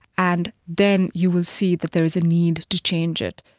and then you will see that there is a need to change it.